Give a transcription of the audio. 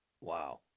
Wow